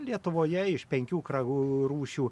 lietuvoje iš penkių kragų rūšių